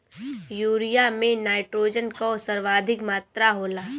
urea में nitrogen कअ सर्वाधिक मात्रा होला